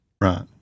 Right